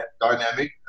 dynamic